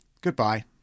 Goodbye